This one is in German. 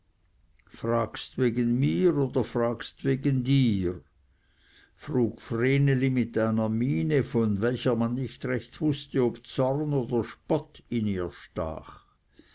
fragst wegen mir oder fragst wegen dir frug vreneli mit einer miene von welcher man nicht recht wußte ob zorn oder spott in ihr stach